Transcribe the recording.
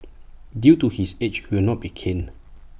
due to his age he will not be caned